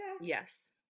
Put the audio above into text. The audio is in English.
Yes